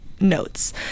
notes